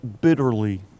bitterly